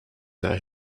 that